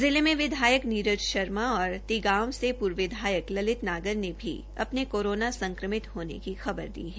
जिले में विधायक नीरज शर्मा और तिगांव से पूर्व विधायक ललित नागर ने भी अपने कोरोना संक्रमित होने की खबर दी है